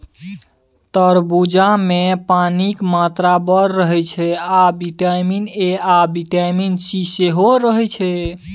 तरबुजामे पानिक मात्रा बड़ रहय छै आ बिटामिन ए आ बिटामिन सी सेहो रहय छै